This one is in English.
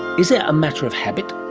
is it a matter of habit,